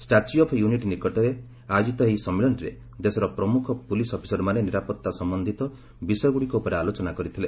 statue of Unity ନିକଟରେ ଆୟୋଜିତ ଏହି ସମ୍ମିଳନୀରେ ଦେଶର ପ୍ରମୁଖ ପୁଲିସ୍ ଅଫିସରମାନେ ନିରାପତ୍ତା ସମ୍ଭନ୍ଧୀୟ ବିଷୟଗୁଡ଼ିକ ଉପରେ ଆଲୋଚନା କରିଥିଲେ